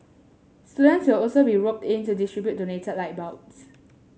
students will also be roped in to distribute donated light bulbs